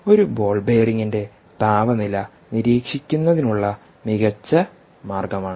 ഒരു ബോൾ ബെയറിംഗിന്റെ താപനില നിരീക്ഷിക്കുന്നതിനുള്ള മികച്ച മാർഗമാണ്